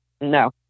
No